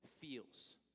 feels